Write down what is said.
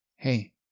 Hey